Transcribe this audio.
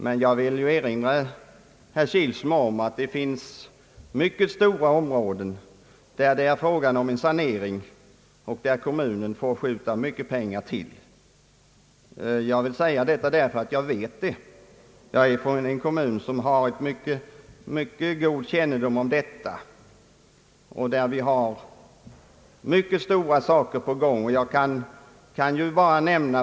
Men jag vill erinra herr Kilsmo om att det finns mycket stora områden med äldre bebyggelse där det är fråga om en sanering och där kommunerna får åsamkas stora kostnader. Jag vill säga detta därför att jag vet hur det är. Jag bor i en kommun där vi har stora saker i gång.